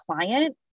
client